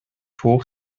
hoch